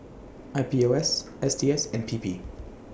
I P O S S T S and P P